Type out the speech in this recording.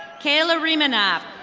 kayla reemana.